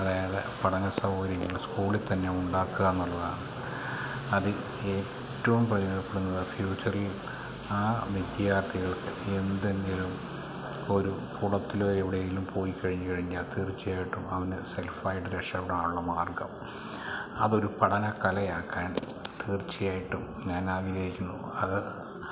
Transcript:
അതായത് പഠനസൗകര്യങ്ങൾ സ്കൂളിൽത്തന്നെ ഉണ്ടാക്കുകയെന്നുള്ളതാണ് അത് ഏറ്റവും പ്രയോജനപ്പെടുന്നത് ഫ്യൂച്ചറിൽ ആ വിദ്യാർത്ഥികൾ എന്തെങ്കിലും ഒരു കുളത്തിലോ എവിടെയെങ്കിലും പോയിക്കഴിഞ്ഞു കഴിഞ്ഞാൽ തീർച്ചയായിട്ടും അവന് സെൽഫായിട്ട് രക്ഷപ്പെടാനുള്ള മാർഗ്ഗം അതൊരു പഠനകലയാക്കാൻ തീർച്ചയായിട്ടും ഞാനാഗ്രഹിക്കുന്നു അത്